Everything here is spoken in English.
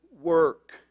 work